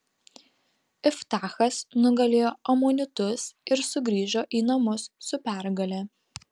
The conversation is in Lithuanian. iftachas nugalėjo amonitus ir sugrįžo į namus su pergale